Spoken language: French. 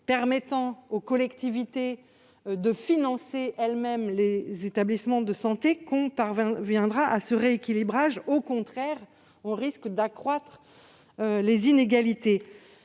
permettant aux collectivités de financer elles-mêmes les établissements de santé que l'on parviendra à un rééquilibrage ; cela risque au contraire d'accroître les inégalités.